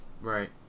right